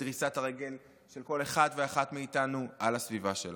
דריסת הרגל של כל אחד ואחת מאיתנו בסביבה שלנו.